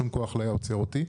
שום כוח לא היה עוצר אותי.